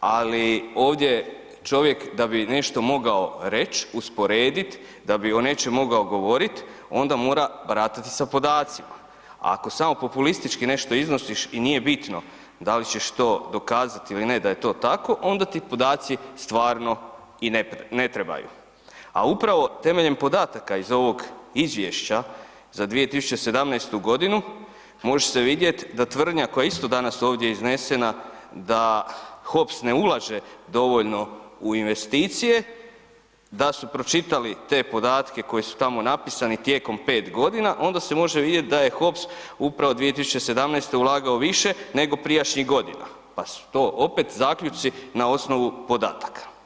ali ovdje čovjek da bi nešto mogao reć, usporedit, da bi o nečem mogao govorit, onda mora baratati sa podacima, a ako samo populistički nešto iznosiš i nije bitno da li ćeš to dokazat ili ne da je to tako, onda ti podaci i stvarno ne trebaju, a upravo temeljem podataka iz ovog izvješća za 2017.g. može se vidjet da tvrdnja koja je isto danas ovdje iznesena da Hops ne ulaže dovoljno u investicije, da su pročitali te podatke koji su tamo napisani tijekom 5.g., onda se može vidjeti da je Hops upravo 2017. ulagao više, nego prijašnjih godina, pa su to opet zaključci na osnovu podataka.